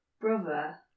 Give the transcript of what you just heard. brother